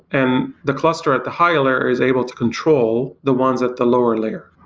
and the cluster at the higher layer is able to control the ones at the lower layer.